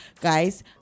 guys